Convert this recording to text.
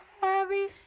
heavy